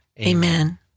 Amen